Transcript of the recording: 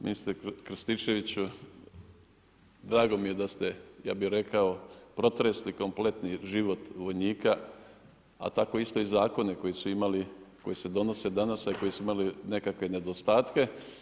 Ministre Krstičević, drago mi je da ste ja bih rekao protresli kompletni život vojnika, a tako isto i zakone koji su imali, koji se donose danas a koji su imali nekakve nedostatke.